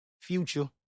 future